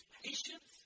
patience